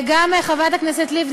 חברת הכנסת לבני,